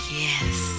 yes